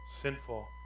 sinful